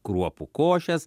kruopų košes